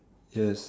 yes